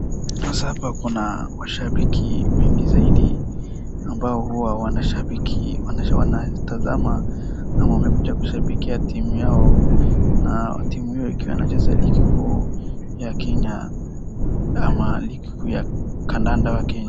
Sasa hapa kuna washabiki wengi zaidi ambao huwa wanashabiki wanatazama na wamekuja kushabikia timu yao na timu yao ikiwa inacheza ligi kuu ya Kenya.